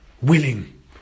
willing